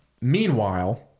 Meanwhile